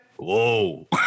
Whoa